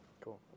Cool